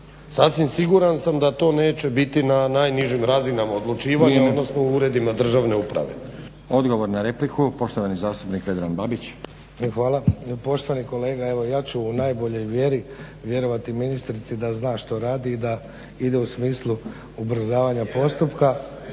Sasvim siguran sam da to neće biti na najnižim razinama odlučivanja, odnosno u uredima državne uprave. **Stazić, Nenad (SDP)** Vrijeme. Odgovor na repliku, poštovani zastupnik Vedran Babić. **Babić, Vedran (SDP)** Hvala. Poštovani kolega evo ja ću u najboljoj vjeri vjerovati ministrici da zna što radi i da ide u smislu ubrzavanja postupka